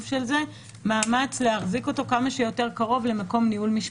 כמה עולה רכב כזה?